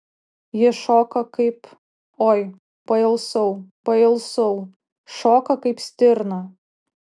ji šoka kaip oi pailsau pailsau šoka kaip stirna